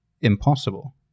impossible